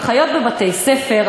אחיות בבתי-ספר,